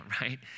right